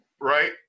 Right